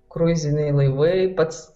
kruiziniai laivai pats